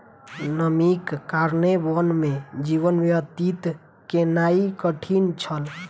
नमीक कारणेँ वन में जीवन व्यतीत केनाई कठिन छल